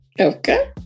Okay